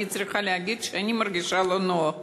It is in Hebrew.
אני צריכה להגיד שאני מרגישה לא נוח,